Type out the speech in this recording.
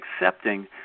accepting